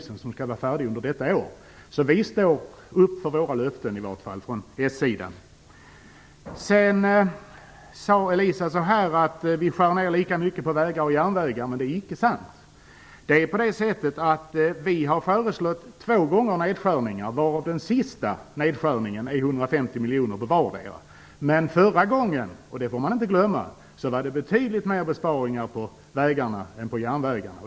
Jag skall själv få följa det arbetet. Vi på den socialdemokratiska sidan står i vart fall för våra löften. Elisa Abascal Reyes sade att vi skär ner lika mycket på vägar och på järnvägar. Men det är icke sant. Vi har föreslagit nedskärningar två gånger. Den sista nedskärningen innebär 150 miljoner på vardera. Men förra gången, och det får man inte glömma, var det betydligt mer besparingar på vägarna än på järnvägarna.